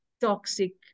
toxic